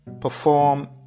perform